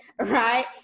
right